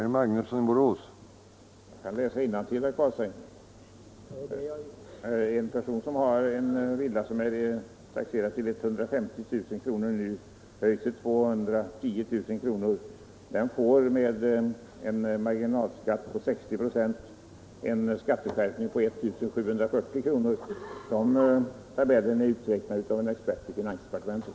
Herr talman! Jag kan läsa innantill, herr Carlstein. En person som har en villa som är taxerad till 150 000 kr. och får taxeringsvärdet höjt till 210 000 kr. drabbas, vid en marginalskatt på 60 96, av en skatteskärpning på 1740 kr. De tabeller som jag hämtar dessa siffror ur är upprättade av en expert i finansdepartementet.